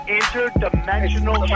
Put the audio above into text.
interdimensional